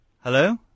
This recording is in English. Hello